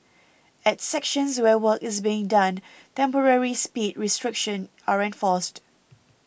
at sections where work is being done temporary speed restrictions are enforced